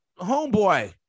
homeboy